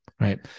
Right